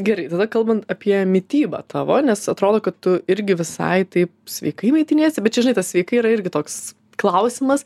gerai tada kalbant apie mitybą tavo nes atrodo kad tu irgi visai taip sveikai maitiniesi bet čia žinai tas sveikai yra irgi toks klausimas